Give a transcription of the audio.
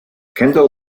kendall